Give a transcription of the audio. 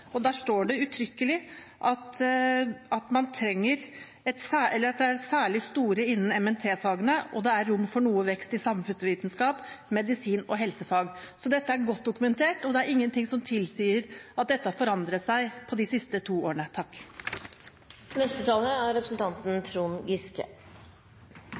Der står det uttrykkelig at de er særlig store innen MNT-fagene, og det er rom for noe vekst i samfunnsvitenskap, medisin og helsefag. Dette er godt dokumentert, og det er ingen ting som tilsier at dette har forandret seg de siste to årene.